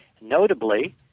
notably